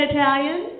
Italian